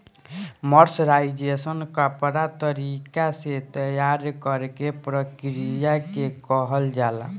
mercerisation कपड़ा तरीका से तैयार करेके प्रक्रिया के कहल जाला